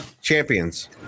champions